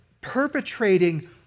perpetrating